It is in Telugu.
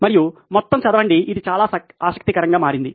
"మరియు మొత్తం చదవండి ఇది చాలా ఆసక్తికరంగా మారింది